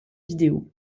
vidéo